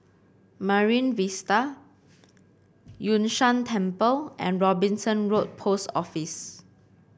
Marine Vista Yun Shan Temple and Robinson Road Post Office